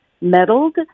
meddled